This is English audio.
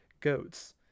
goats